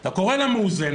אתה קורא לה מאוזנת,